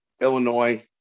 Illinois